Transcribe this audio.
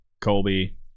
Colby